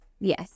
yes